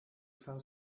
fell